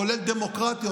כולל דמוקרטיות,